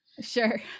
Sure